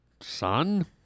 son